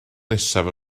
nesaf